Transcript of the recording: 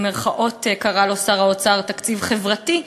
שקרא לו שר האוצר "תקציב חברתי",